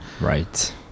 Right